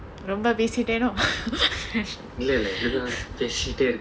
ரொம்ப பேசிட்டேனோ:rompa pesittaeno